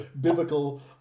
biblical